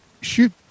Shoot